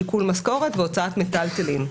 עיקול משכורת והוצאת מטלטלין.